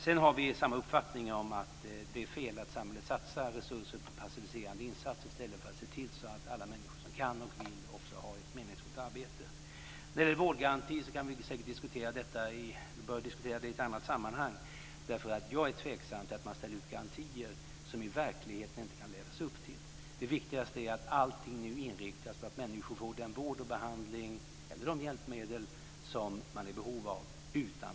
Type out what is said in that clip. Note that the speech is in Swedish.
Vi har samma uppfattning om det felaktiga i att samhället satsar resurser på passiviserande insatser i stället för att se till att alla människor som kan och vill det också får ett meningsfullt arbete. Vårdgaranti bör vi diskutera i ett annat sammanhang. Jag är tveksam till att man ställer ut garantier som vi i verkligheten inte kan leva upp till. Det viktigaste är att allting nu inriktas på att människor utan väntan får den vård och behandling eller de hjälpmedel som de är i behov av.